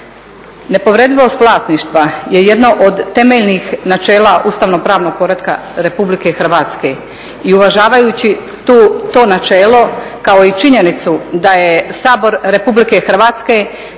Nepovredivost vlasništva je jedno od temeljnih načela ustavno-pravnog poretka Republike Hrvatske i uvažavajući to načelo kao i činjenicu da je Sabor Republike Hrvatske